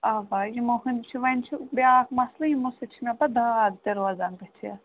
اَوا یِمو ہٕنٛدۍ چھِ وۄنۍ چھُ بیٛاکھ مَسلہٕ یِمو سۭتۍ چھِ مےٚ پَتہٕ داغ تہِ روزان بٕتھِ